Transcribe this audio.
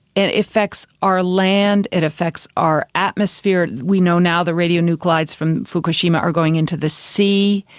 it affects our land, it affects our atmosphere, we know now the radio nuclides from fukushima are going into the sea.